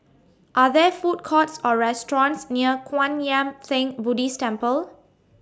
Are There Food Courts Or restaurants near Kwan Yam Theng Buddhist Temple